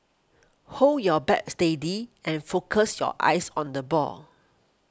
hold your bat steady and focus your eyes on the ball